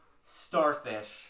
Starfish